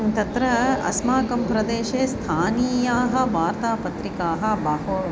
तत्र अस्माकं प्रदेशे स्थानीयाः वार्तापत्रिकाः बहु